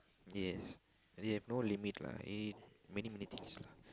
yes they have no limit lah eat many many things lah